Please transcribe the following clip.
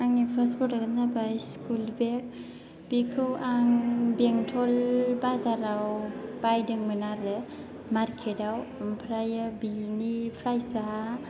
आंनि फार्स्ट प्रदाक आनो जाबाय स्कुल बेग बेखौ आं बेंथल बाजाराव बायदोंमोन आरो मारकेट आव ओमफ्रायो बिनि प्रायस आ